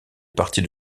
partie